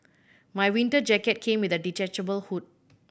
my winter jacket came with a detachable hood